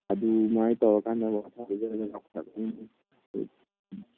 ꯑꯗꯨꯃꯥꯏ ꯇꯧꯔꯀꯥꯟꯗꯀꯣ ꯃꯁꯜꯁꯦ ꯖꯔ ꯖꯔ ꯆꯥꯎꯈꯠꯂꯛꯀꯇꯣꯏꯅꯤ